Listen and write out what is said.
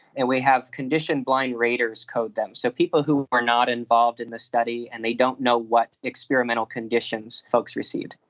and we have condition blind raters code them. so people who are not involved in the study and they don't know what experimental conditions folks received.